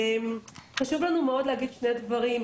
חשוב לנו להגיד שני דברים.